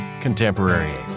contemporary